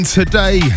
today